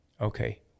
okay